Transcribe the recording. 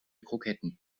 kroketten